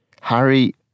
Harry